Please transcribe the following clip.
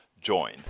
join